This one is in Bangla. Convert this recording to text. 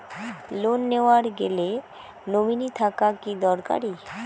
লোন নেওয়ার গেলে নমীনি থাকা কি দরকারী?